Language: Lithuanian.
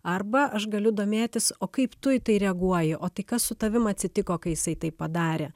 arba aš galiu domėtis o kaip tu į tai reaguoji o tai kas su tavim atsitiko kai jisai taip padarė